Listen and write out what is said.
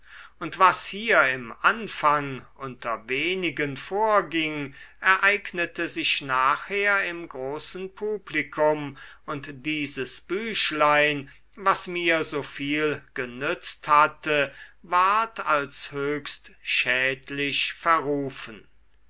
und was hier im anfang unter wenigen vorging ereignete sich nachher im großen publikum und dieses büchlein was mir so viel genützt hatte ward als höchst schädlich verrufen